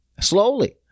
slowly